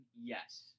yes